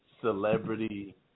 celebrity